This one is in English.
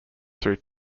through